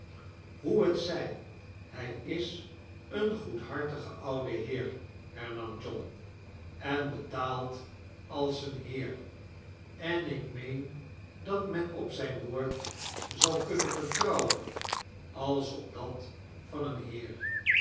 hoe t zij hij is een goedhartige oude heer hernam john en betaalt als een heer en ik meen dat men op zijn woord zal kunnen vertrouwen als op dat van een heer